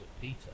Peter